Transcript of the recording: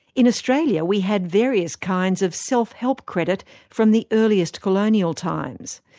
in australia, we had various kinds of self-help credit from the earliest colonial times.